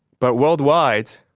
but worldwide,